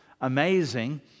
amazing